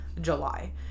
July